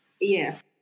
Yes